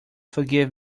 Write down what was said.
forgive